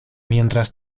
mientras